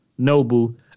Nobu